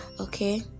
okay